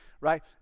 right